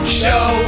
show